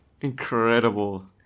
Incredible